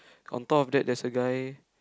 on top of that there's a guy